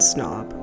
Snob